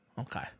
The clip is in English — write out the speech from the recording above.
Okay